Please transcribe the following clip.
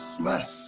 less